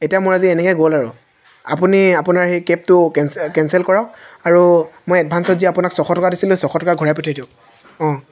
এতিয়া মই আজি এনেকৈ গ'ল আৰু আপুনি আপোনাৰ সেই কেবটো কেঞ্চে কেঞ্চেল কৰক আৰু মই এডভাঞ্চত যি আপোনাক ছশ টকা দিছিলোঁ ছশ টকা ঘূৰাই পঠাই দিয়ক অঁ